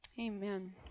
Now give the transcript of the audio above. amen